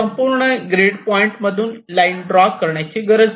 संपूर्ण grid point मधून line draw करण्याची गरज नाही